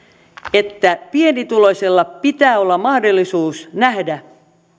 että pienituloisella pitää olla mahdollisuus nähdä